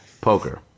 poker